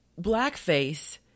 Blackface